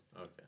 Okay